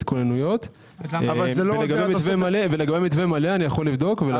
כוננויות ולגבי מתווה מלא אני יכול לבדוק.